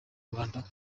rwanda